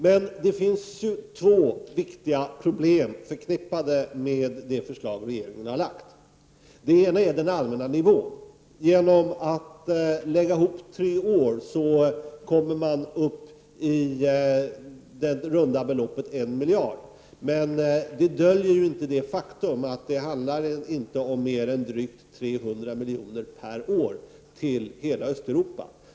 Men det finns två viktiga problem förknippade med det förslag som regeringen nu har lagt. Det ena innebär den allmänna nivån. Genom att lägga ihop tre år kommer regeringen upp till det runda beloppet 1 miljard. Detta döljer dock inte det faktum att det inte handlar om mer än drygt 300 milj.kr. per år till hela Östeuropa.